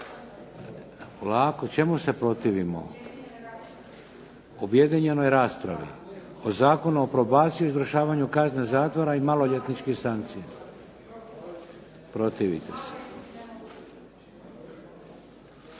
raspravi!/… Objedinjenoj raspravi. O Zakonu o probaciji, o izvršavanju kazne zatvora i maloljetničke sankcije. Protivite se.